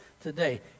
today